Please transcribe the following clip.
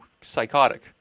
psychotic